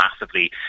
massively